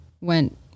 went